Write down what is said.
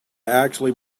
actually